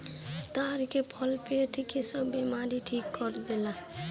ताड़ के फल पेट के सब बेमारी ठीक कर देला